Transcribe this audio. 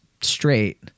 straight